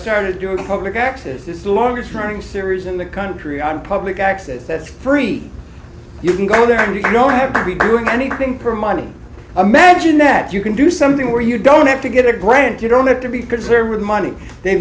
started doing public access is the longest running series in the country on public access that's free you can go there and you don't have to be doing anything for money a mention that you can do something where you don't have to get a grant you don't have to be concerned with money they